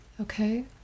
Okay